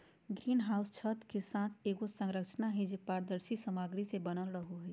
green house छत के साथ एगो संरचना हइ, जे पारदर्शी सामग्री से बनल रहो हइ